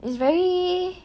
it's very